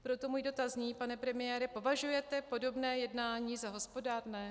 Proto můj dotaz zní: Pane premiére, považujete podobné jednání za hospodárné?